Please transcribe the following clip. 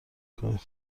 کنید